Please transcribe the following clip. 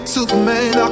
Superman